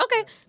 okay